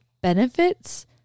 benefits